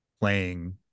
playing